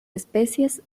especies